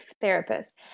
therapist